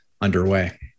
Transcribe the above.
underway